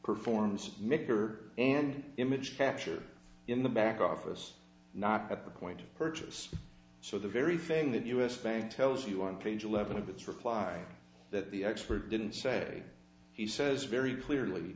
performs mixer and image capture in the back office not at the point of purchase so the very thing that us bank tells you on page eleven of this reply that the expert didn't say he says very clearly